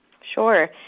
Sure